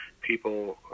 people